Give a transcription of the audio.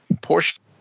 portion